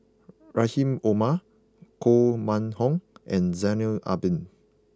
Rahim Omar Koh Mun Hong and Zainal Abidin